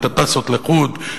את ה"טאסות" לחוד,